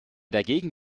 dagegen